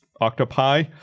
octopi